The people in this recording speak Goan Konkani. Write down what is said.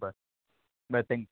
बरें बरें थँक्यू